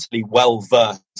well-versed